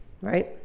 right